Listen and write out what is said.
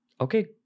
Okay